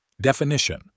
Definition